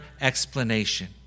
explanation